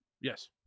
Yes